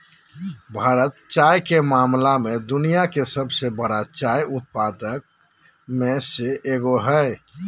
भारत चाय के मामला में दुनिया के सबसे बरा चाय उत्पादक में से एगो हइ